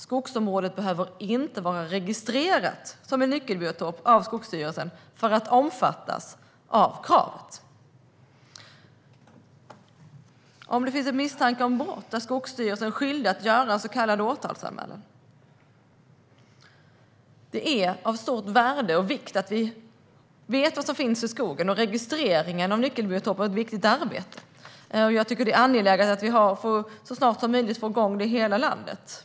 Skogsområdet behöver inte vara registrerat som en nyckelbiotop av Skogsstyrelsen för att omfattas av kravet. Om det finns misstanke om brott är Skogsstyrelsen skyldig att göra så kallad åtalsanmälan. Det är av stort värde och vikt att vi vet vad som finns i skogen, och registreringen av nyckelbiotoper är ett viktigt arbete. Jag tycker att det är angeläget att vi så snart som möjligt får igång det i hela landet.